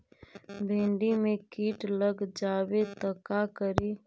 भिन्डी मे किट लग जाबे त का करि?